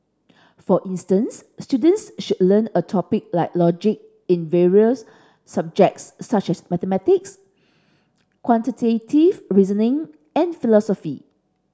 for instance students should learn a topic like logic in various subjects such as mathematics quantitative reasoning and philosophy